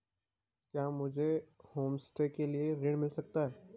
क्या मुझे होमस्टे के लिए ऋण मिल सकता है?